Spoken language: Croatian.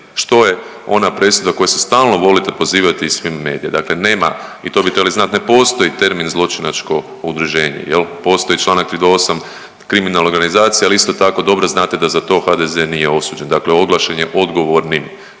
što je ona presuda koje se stalno volite pozivati iz Fimi medija, dakle nema i to bi trebali znat ne postoji termin zločinačko udruženje jel postoji čl. 328. kriminalna organizacija, ali isto tako dobro znate da za to HDZ nije osuđen. Dakle, oglašen je odgovornim